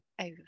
over